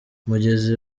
mugenzi